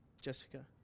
Jessica